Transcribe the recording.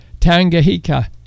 Tangahika